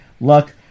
luck